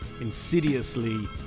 insidiously